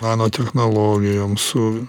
nano technologijom su